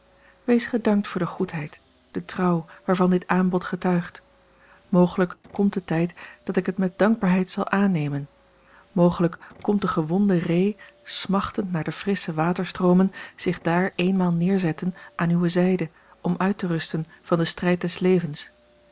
wees gedankt voor de goedheid de trouw waarvan dit aanbod getuigt mogelijk komt de tijd dat ik het met dankbaarheid zal aannemen mogelijk komt de gewonde ree smachtend naar de frissche waterstroomen zich daar eenmaal neerzetten aan uwe zijde om uit te rusten van den strijd des levens